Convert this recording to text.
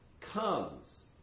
comes